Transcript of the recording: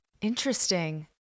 Interesting